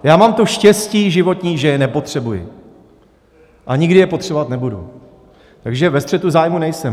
Já mám to štěstí životní, že je nepotřebuji a nikdy je potřebovat nebudu, takže ve střetu zájmů nejsem.